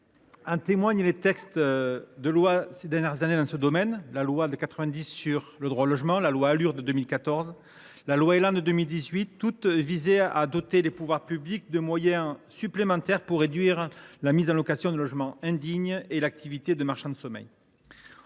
En témoignent les textes de loi adoptés ces dernières années dans ce domaine : la loi du 31 mai 1990 visant à la mise en œuvre du droit au logement, la loi Alur de 2014, la loi Élan de 2018. Toutes ont doté les pouvoirs publics de moyens supplémentaires pour réduire la mise en location de logements indignes et l’activité de marchands de sommeil.